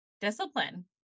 Discipline